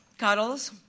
Cuddles